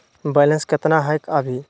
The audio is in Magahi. बैलेंस केतना हय अभी?